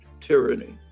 tyranny